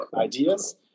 ideas